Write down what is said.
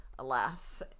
Alas